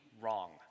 wrong